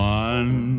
one